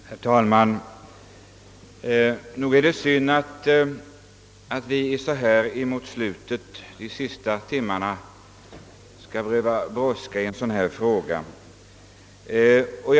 Herr talman! Det är synd att vi så här i slutet av sessionen skall behöva ha en sådan brådska vid behandlingen av detta ärende.